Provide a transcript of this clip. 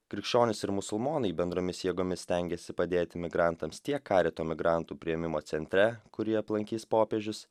krikščionys ir musulmonai bendromis jėgomis stengėsi padėti migrantams tiek karito migrantų priėmimo centre kurį aplankys popiežius